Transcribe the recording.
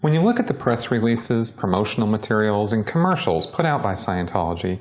when you look at the press releases, promotional materials and commercials put out by scientology